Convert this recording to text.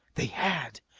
they had!